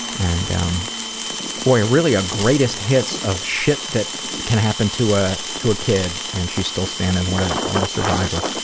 and um boy, really a greatest hits of shit that can happen to ah to a kid, and she's still standing. what ah what a survivor.